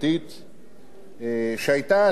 שהיתה הצעת חוק גרועה,